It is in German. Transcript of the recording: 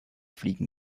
fliegen